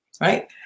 Right